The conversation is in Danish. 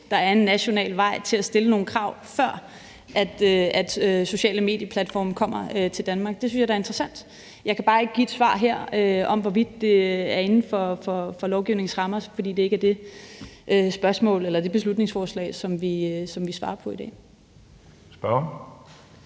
der er en national vej til at stille nogle krav, før sociale medieplatforme kommer til Danmark. Det synes jeg da er interessant. Jeg kan bare ikke give et svar her på, om det er inden for lovgivningens rammer, fordi det ikke er det beslutningsforslag, som vi svarer på i dag. Kl.